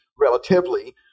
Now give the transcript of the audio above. relatively